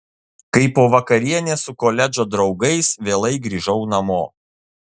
kai po vakarienės su koledžo draugais vėlai grįžau namo